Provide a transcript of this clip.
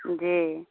जी